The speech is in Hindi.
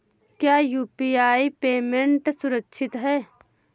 क्या यू.पी.आई पेमेंट सुरक्षित है?